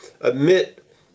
Admit